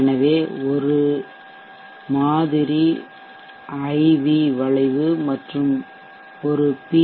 எனவே ஒரு மாதிரி IV வளைவு மற்றும் ஒரு பி